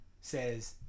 says